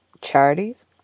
charities